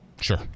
Sure